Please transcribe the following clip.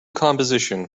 composition